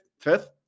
fifth